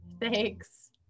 Thanks